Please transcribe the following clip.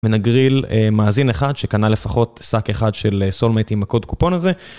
ונגריל מאזין אחד שקנה לפחות שק אחד של סולמט עם הקוד קופון הזה.